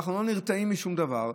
ואנחנו לא נרתעים משום דבר,